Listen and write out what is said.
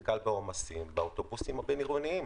שנתקל בעומסים באוטובוסים הבין-עירוניים.